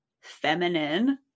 feminine